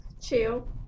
chill